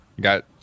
got